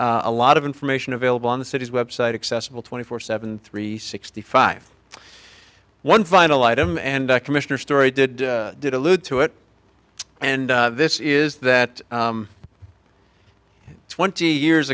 but a lot of information available on the city's website accessible twenty four seven three sixty five one final item and commissioner story did did allude to it and this is that twenty years